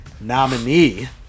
Nominee